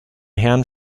herrn